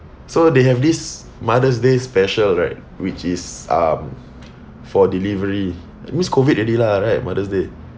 so they have this mother's day special right which is um for delivery that means COVID already lah right mother's day